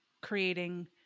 creating